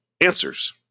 Answers